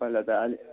पहिला त अलि